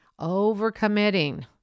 overcommitting